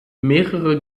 mehrere